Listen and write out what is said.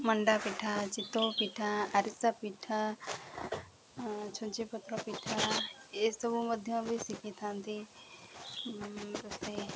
ମଣ୍ଡା ପିଠା ଚିତୋଉ ପିଠା ଆରିସା ପିଠା ଛୁଞ୍ଚି ପତ୍ର ପିଠା ଏସବୁ ମଧ୍ୟ ବି ଶିଖିଥାନ୍ତି